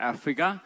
Africa